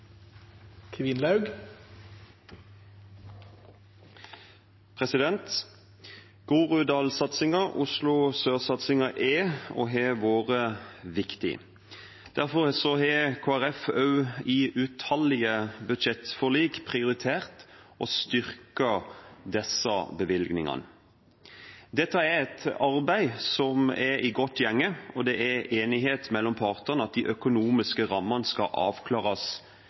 og har vært viktig. Derfor har Kristelig Folkeparti også i utallige budsjettforlik prioritert og styrket disse bevilgningene. Dette er et arbeid som er i godt gjenge, og det er enighet mellom partene om at de økonomiske rammene skal avklares